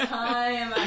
time